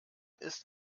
ist